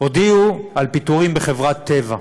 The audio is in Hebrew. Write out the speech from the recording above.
הודיעו על פיטורים בחברת טבע,